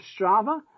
Strava